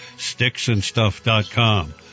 sticksandstuff.com